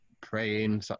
praying